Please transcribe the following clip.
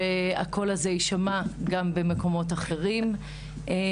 שהקול הזה יישמע גם במקומות אחרים.